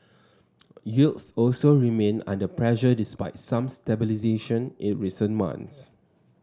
yields also remain under pressure despite some stabilisation in recent months